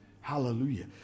Hallelujah